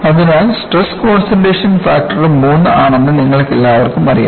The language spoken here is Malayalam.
അതിനാൽ സ്ട്രെസ് കോൺസൺട്രേഷൻ ഫാക്ടർ 3 ആണെന്ന് നിങ്ങൾക്കെല്ലാവർക്കും അറിയാം